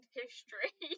history